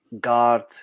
guard